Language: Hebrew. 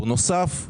בנוסף,